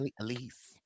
Elise